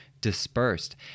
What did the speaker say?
dispersed